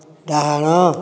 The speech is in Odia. ଡାହାଣ